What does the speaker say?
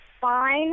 fine